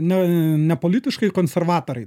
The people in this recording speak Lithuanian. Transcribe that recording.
ne nepolitiškai konservatoriai